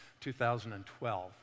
2012